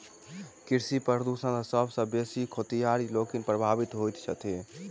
कृषि प्रदूषण सॅ सभ सॅ बेसी खेतिहर लोकनि प्रभावित होइत छथि